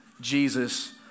Jesus